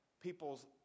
people's